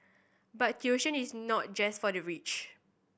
but tuition is not just for the rich